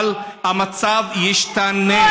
אבל המצב ישתנה.